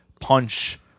punch